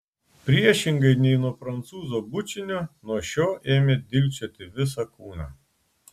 priešingai nei nuo prancūzo bučinio nuo šio ėmė dilgčioti visą kūną